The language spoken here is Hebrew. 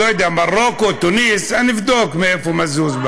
אה, (אומר בערבית: מאיזו ארץ?) מזוז.